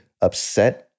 upset